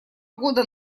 года